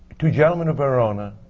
two gentlemen of verona,